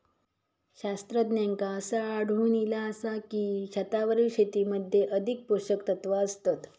शास्त्रज्ञांका असा आढळून इला आसा की, छतावरील शेतीमध्ये अधिक पोषकतत्वा असतत